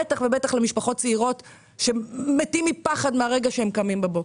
בטח ובטח למשפחות צעירות שמתות מפחד מרגע שהן קמות בבוקר.